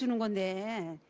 and one day.